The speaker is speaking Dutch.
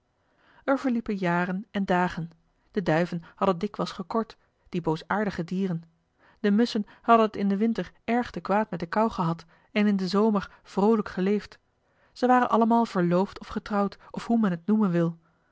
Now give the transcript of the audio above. er verliepen jaren en dagen de duiven hadden dikwijls gekord die boosaardige dieren de musschen hadden het in den winter erg te kwaad met de kou gehad en in den zomer vroolijk geleefd zij waren allemaal verloofd of getrouwd of hoe men het noemen wil